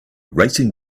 racing